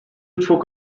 çok